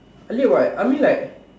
really what I mean like